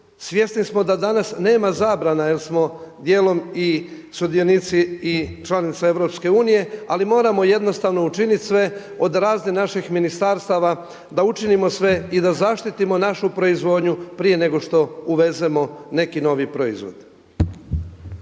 Svjesni smo da danas nema zabrana jer smo dijelom i sudionici i članica EU ali moramo jednostavno učiniti sve od raznih naših ministarstava, da učinimo sve i da zaštitimo našu proizvodnju prije nego što uvezemo neki novi proizvod.